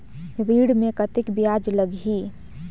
ऋण मे कतेक ब्याज लगही?